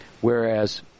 Whereas